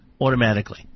automatically